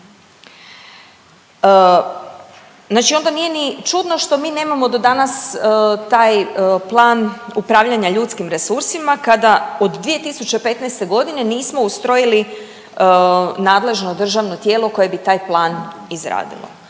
Znači onda nije ni čudno što mi nemamo do danas taj plan upravljanja ljudskim resursima, kada od 2015. godine nismo ustrojili nadležno državno tijelo koje bi taj plan izradilo.